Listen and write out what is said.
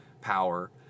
power